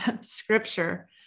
scripture